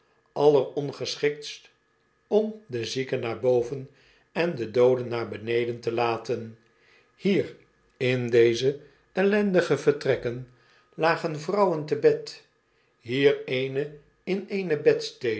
ongeschiktst om de zieken naar boven en de dooden naar beneden te laten hier in deze ellendige vertrekken lagen vrouwen te bed hier eene in